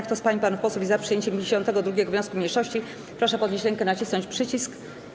Kto z pań i panów posłów jest za przyjęciem 52. wniosku mniejszości, proszę podnieść rękę i nacisnąć przycisk.